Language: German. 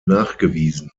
nachgewiesen